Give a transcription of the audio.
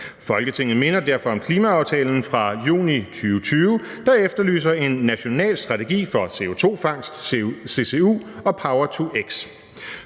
Folketinget minder derfor om Klimaaftalen fra juni 2020, der efterlyser en national strategi for CO2-fangst, CCU og power-to-x.